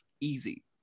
easy